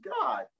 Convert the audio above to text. God